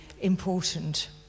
important